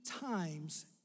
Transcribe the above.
times